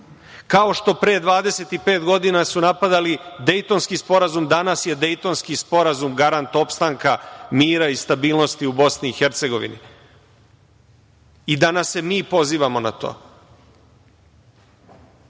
kao što pre 25 godina su napadali Dejtonski sporazum, a danas je Dejtonski sporazum garant opstanka, mira i stabilnosti u BiH. Danas se mi pozivamo na